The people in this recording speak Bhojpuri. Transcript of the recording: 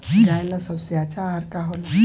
गाय ला सबसे अच्छा आहार का होला?